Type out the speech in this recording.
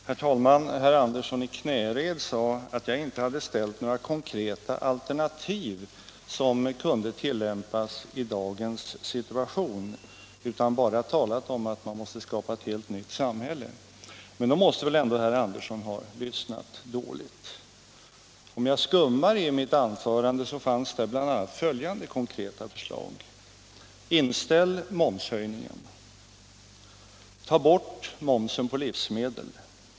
Herr talman! Herr Andersson i Knäred sade att jag inte hade framlagt några konkreta alternativ som kunde tillämpas i dagens situation utan bara talat om att man måste skapa ett helt nytt samhälle. Men då måste väl ändå herr Andersson ha lyssnat dåligt. Om jag skummar igenom mitt anförande hittar jag bl.a. följande konkreta förslag: Inställ momshöjningen! Ta bort momsen på livsmedel!